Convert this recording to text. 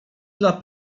dla